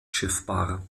schiffbar